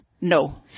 No